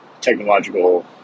technological